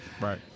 Right